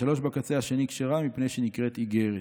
ושלוש בקצה השנית, כשרה, מפני שנקראת איגרת".